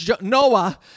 Noah